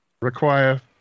require